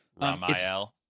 Ramiel